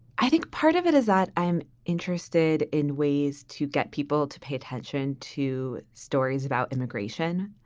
i think part of it is that i'm interested in ways to get people to pay attention to stories about immigration.